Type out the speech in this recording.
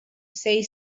say